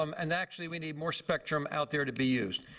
um and actually, we need more spectrum out there to be used.